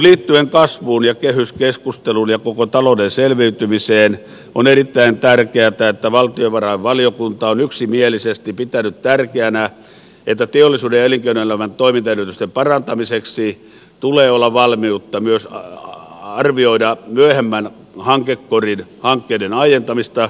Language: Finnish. liittyen kasvuun ja kehyskeskusteluun ja koko talouden selviytymiseen on erittäin tärkeätä että valtiovarainvaliokunta on yksimielisesti pitänyt tärkeänä että teollisuuden ja elinkeinoelämän toimintaedellytysten parantamiseksi tulee olla valmiutta myös arvioida myöhemmän hankekorin hankkeiden aientamista